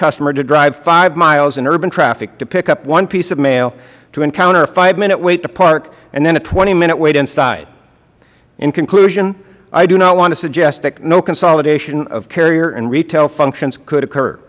customer to drive five miles in urban traffic to pick up one piece of mail to encounter a five minute wait to park and then a twenty minute wait inside in conclusion i do not want to suggest that no consolidation of carrier and retail functions could occur